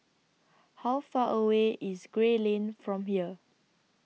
How Far away IS Gray Lane from here